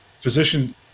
Physician